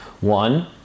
One